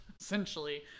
essentially